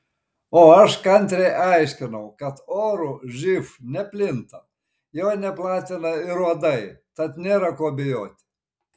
o aš kantriai aiškinau kad oru živ neplinta jo neplatina ir uodai tad nėra ko bijoti